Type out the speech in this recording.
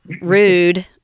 rude